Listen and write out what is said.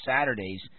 Saturdays